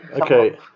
Okay